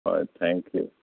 হয় thank U